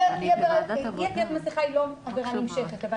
אי-עטיית מסכה היא לא עבירה נמשכת אבל